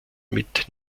mit